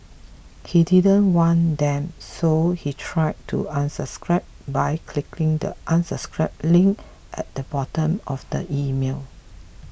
he didn't want them so he tried to unsubscribe by clicking the unsubscribe link at the bottom of the email